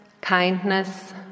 kindness